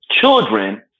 children